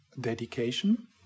dedication